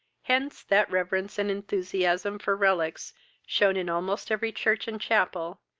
hence that reverence and enthusiasm for relics shewn in almost every church and chapel,